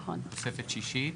תוספת שישית?